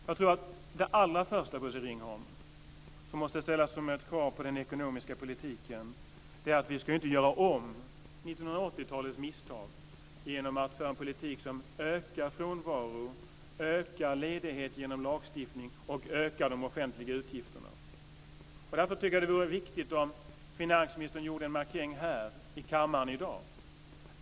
Jag tror, Bosse Ringholm, att det allra första krav som måste ställas på den ekonomiska politiken är att vi inte ska göra om 1980-talets misstag genom att föra en politik som ökar frånvaro, ökar ledighet genom lagstiftning och ökar de offentliga utgifterna. Därför tycker jag att det är viktigt att finansministern gör en markering här i kammaren i dag.